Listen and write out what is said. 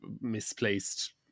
misplaced